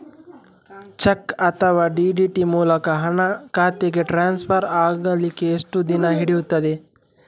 Check ಅಥವಾ DD ಮೂಲಕ ಹಣ ಖಾತೆಗೆ ಟ್ರಾನ್ಸ್ಫರ್ ಆಗಲಿಕ್ಕೆ ಎಷ್ಟು ದಿನ ಹಿಡಿಯುತ್ತದೆ?